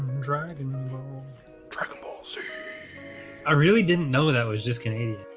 driving i really didn't know that was just gonna yeah.